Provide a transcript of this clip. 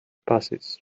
passes